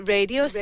Radio